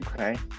Okay